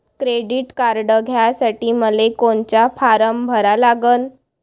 Credit card घ्यासाठी मले कोनचा फारम भरा लागन?